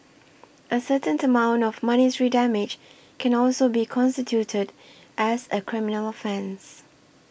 a certain amount of monetary damage can also be constituted as a criminal offence